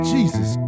Jesus